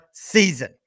season